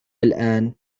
الآن